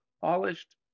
Polished